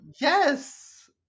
yes